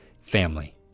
family